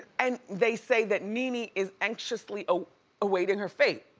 and they say that nene is anxiously ah awaiting her fate.